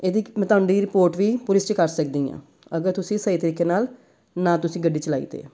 ਇਹਦੀ ਮੈਂ ਤੁਹਾਡੀ ਰਿਪੋਰਟ ਵੀ ਪੁਲਿਸ 'ਚ ਕਰ ਸਕਦੀ ਹਾਂ ਅਗਰ ਤੁਸੀਂ ਸਹੀ ਤਰੀਕੇ ਨਾਲ ਨਾ ਤੁਸੀਂ ਗੱਡੀ ਚਲਾਈ ਤੇ